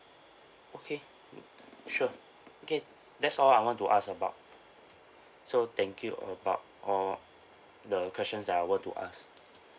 okay sure okay that's all I want to ask about so thank you about all the questions I were to ask